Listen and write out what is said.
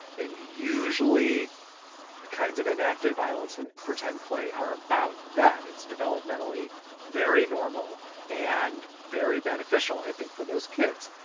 and usually the kinds of enacted violence and pretend play are about that. it's developmentally very normal and very beneficial, i think, for those kids.